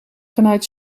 vanuit